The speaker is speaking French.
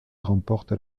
remporte